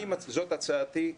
זאת הצעתי,